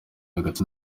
hagati